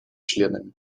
членами